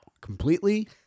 completely